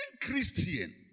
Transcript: Christian